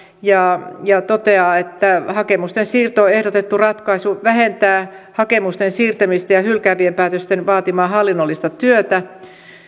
ja ja toteaa että hakemusten siirtoon ehdotettu ratkaisu vähentää hakemusten siirtämistä ja hylkäävien päätösten vaatimaa hallinnollista työtä